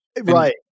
Right